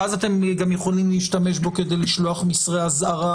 שאז אתם גם יכולים להשתמש בו כדי לשלוח מסרי אזהרה,